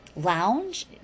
lounge